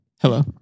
Hello